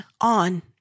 on